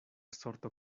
sorto